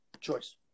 choice